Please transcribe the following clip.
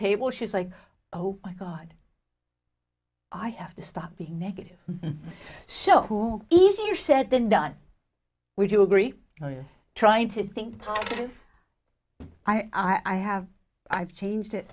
table she was like oh my god i have to stop being negative so who easier said than done would you agree oh yes trying to think positive i have i've changed it